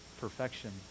perfection